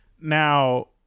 Now